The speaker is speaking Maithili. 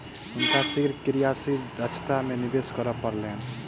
हुनका शीघ्र क्रियाशील दक्षता में निवेश करअ पड़लैन